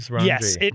Yes